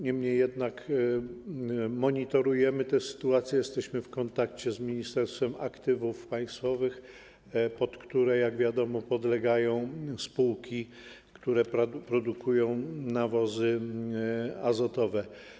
Niemniej jednak monitorujemy tę sytuację, jesteśmy w kontakcie z Ministerstwem Aktywów Państwowych, którym, jak wiadomo, podlegają spółki produkujące nawozy azotowe.